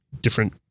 different